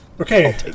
Okay